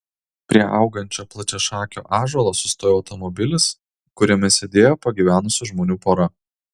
prie augančio plačiašakio ąžuolo sustojo automobilis kuriame sėdėjo pagyvenusių žmonių pora